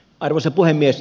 arvoisa puhemies